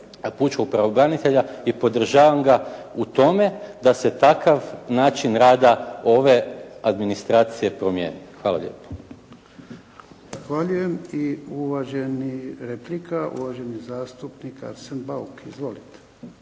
pučkog pravobranitelja i podržavam ga u tome da se takav način rada ove administracije promijeni. Hvala lijepa. **Jarnjak, Ivan (HDZ)** Zahvaljujem. I uvaženi, replika uvaženi zastupnik Arsen Bauk. Izvolite.